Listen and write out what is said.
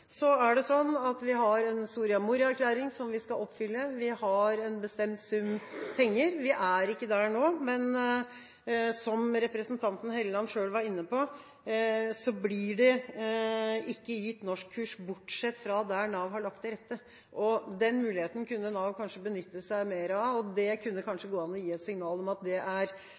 Så har vi en Soria Moria-erklæring som vi skal oppfylle, vi har en bestemt sum penger. Vi er ikke der nå, men som representanten Helleland selv var inne på, blir det ikke gitt norskkurs bortsett fra der Nav har lagt til rette for det. Den muligheten kunne Nav kanskje benytte seg mer av, og det kunne kanskje gå an å gi et signal om at det er